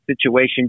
situation